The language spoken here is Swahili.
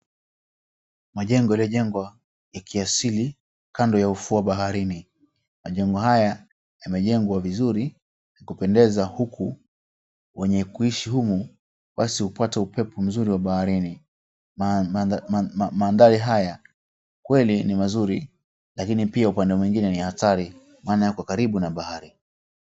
Majengo yaliyojengwa ya kiasili kando ya ufuo wa baharini. Majengo haya yamejengwa vizuri ya kupendeza huku wenye kuishi humu basi hupata upepo mzuri wa baharini. Maandhari haya kweli ni mazuri lakini pia upande mwingine ni hatari maana yako karibu na bahari.